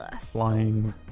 Flying